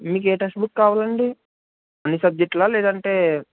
మీకు ఏ text book కావాలండి అన్నీ సబ్జెక్టుస్ లేదంటే